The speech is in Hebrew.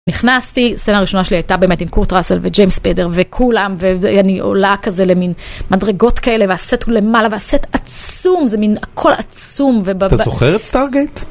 נכנסתי, הסצנה הראשונה שלי הייתה באמת עם קורט ראסל וג'יימס פדר וכולם, ואני עולה כזה למין מדרגות כאלה והסט הוא למעלה והסט עצום, זה מין הכל עצום וב... ב... אתה זוכרת סטאר גייט?